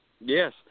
Yes